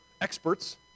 experts